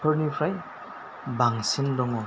फोरनिफ्राय बांसिन दं